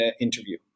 interview